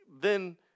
then-